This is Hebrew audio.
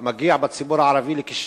והוא מגיע בציבור הערבי לכ-60%,